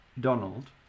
Donald